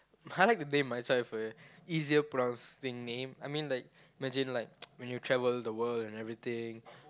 I like to name myself with a easier pronouncing name I mean like imagine like when you travel the world and everything